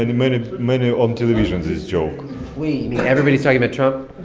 and many, many on television this joke wait. you mean everybody's talking about trump?